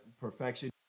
perfection